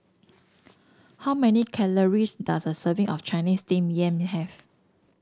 how many calories does a serving of Chinese steam yam have